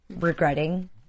regretting